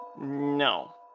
No